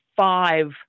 five